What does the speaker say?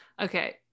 Okay